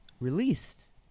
released